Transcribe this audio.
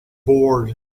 bored